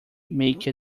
make